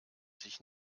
sich